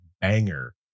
banger